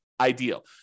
ideal